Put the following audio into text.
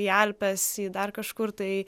į alpes į dar kažkur tai